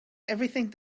everything